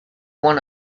one